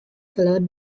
followed